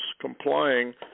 complying